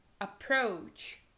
Approach